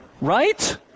Right